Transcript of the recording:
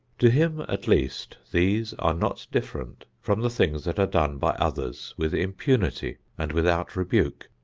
to him at least these are not different from the things that are done by others with impunity and without rebuke.